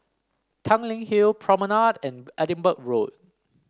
Tanglin Hill Promenade and Edinburgh Road